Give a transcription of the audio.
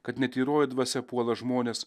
kad netyroji dvasia puola žmones